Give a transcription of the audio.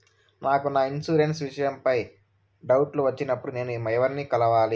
నాకు నా ఇన్సూరెన్సు విషయం పై డౌట్లు వచ్చినప్పుడు నేను ఎవర్ని కలవాలి?